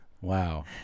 Wow